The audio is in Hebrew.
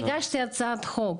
אני הגשתי הצעת חוק,